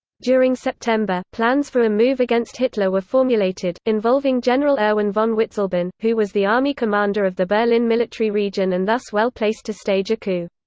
during september, plans for a move against hitler were formulated, involving general erwin von witzleben, who was the army commander of the berlin military region and thus well-placed to stage a coup.